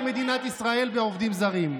את מדינת ישראל בעובדים זרים.